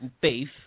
beef